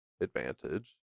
advantage